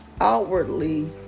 outwardly